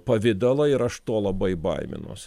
pavidalą ir aš to labai baiminuos